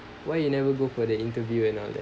why you never go for the interview and all that